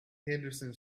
henderson